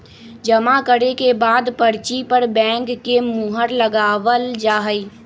जमा करे के बाद पर्ची पर बैंक के मुहर लगावल जा हई